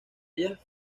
ellas